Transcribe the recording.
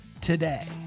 today